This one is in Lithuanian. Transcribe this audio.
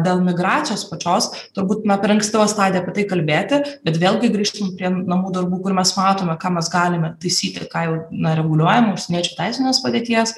dėl migracijos pačios turbūt na per ankstyva stadija apie tai kalbėti bet vėlgi grįžtam prie namų darbų kur mes matome ką mes galime taisyti ką jau na reguliuojama užsieniečių teisinės padėties